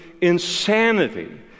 insanity